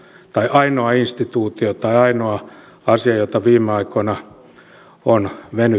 ainoa instituutio tai asia jota viime aikoina on venytetty